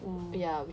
oh